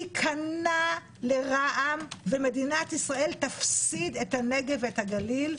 תיכנס לרע"מ ומדינת ישראל תפסיד את הנגב ואת הגליל.